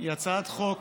היא הצעת חוק